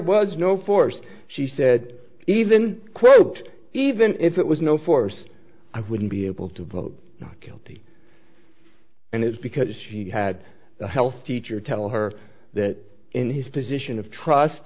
was no force she said even quote even if it was no force i wouldn't be able to vote not guilty and it's because he had a health teacher tell her that in his position of trust